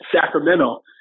Sacramento